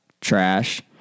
trash